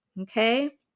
okay